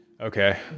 Okay